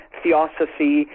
theosophy